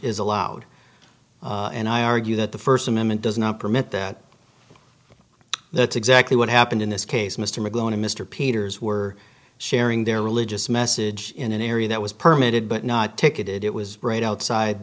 is allowed and i argue that the first amendment does not permit that that's exactly what happened in this case mr mcglone and mr peters were sharing their religious message in an area that was permit it but not ticketed it was right outside